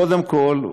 קודם כול,